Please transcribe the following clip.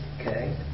Okay